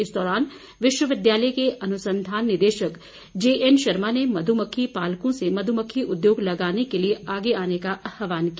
इस दौरान विश्वविद्यालय के अनुसंधान निदेशक जेएन शर्मा ने मधुमक्खी पालकों से मधुमक्खी उद्योग लगाने के लिए आगे आने का आह्वान किया